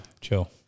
Chill